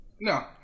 No